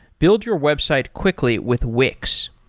build your website quickly with wix.